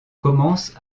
commence